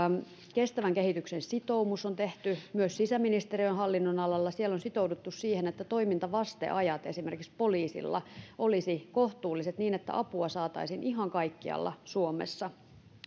kestävän kehityksen sitoumus on tehty myös sisäministeriön hallinnonalalla siellä on sitouduttu siihen että toimintavasteajat esimerkiksi poliisilla olisivat kohtuulliset niin että apua saataisiin ihan kaikkialla suomessa